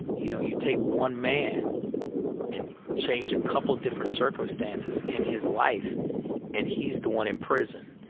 you know, you take one man and change a couple different circumstances in his life and he's the one in prison.